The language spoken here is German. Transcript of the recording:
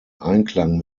einklang